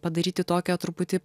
padaryti tokią truputį